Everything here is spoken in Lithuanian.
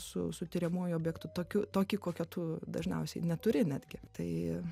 su su tiriamuoju objektu tokiu tokį kokio tu dažniausiai neturi netgi tai